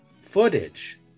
footage